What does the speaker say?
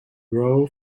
grow